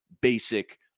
basic